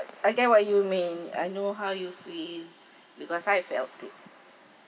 I get what you mean I know how you feel because I felt too